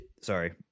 Sorry